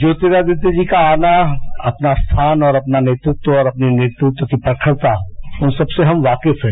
ज्योतिरादित्य जी का आना अपना स्थान और अपना नेतृत्व और नेतृत्व की प्रखरता उन सबसे हम वाकिय है